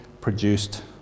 produced